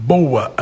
Boa